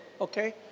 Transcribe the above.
Okay